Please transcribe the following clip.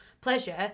pleasure